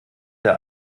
der